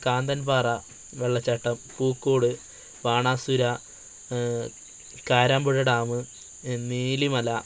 കാന്തൻപ്പാറ വെള്ളച്ചാട്ടം കൂക്കൂട് ബാണാസുര കാരാമ്പുഴ ഡാം നീലിമല